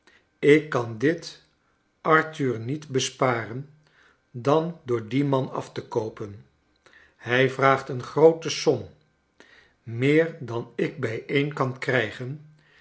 ik kan dit arthur niet besparen dan door dien man af te koopen hij vraagt een groote som meer dan ik bijeen kan krijgen